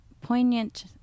poignant